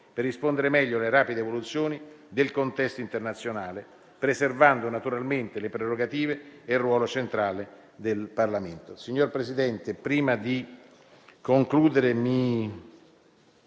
per rispondere meglio alle rapide evoluzioni del contesto internazionale, preservando prerogative e ruolo centrale del Parlamento.